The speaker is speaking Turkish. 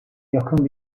yakın